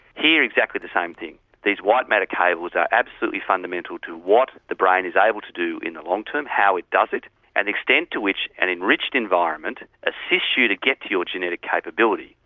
here exactly the same thing, these white matter cables are absolutely fundamental to what the brain is able to do in the long term, how it does it and the extent to which an enriched environment assists you to get to your genetic capability.